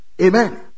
Amen